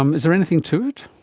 um is there anything to it,